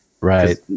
Right